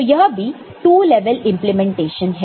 तो यह भी 2 लेवल इंप्लीमेंटेशन है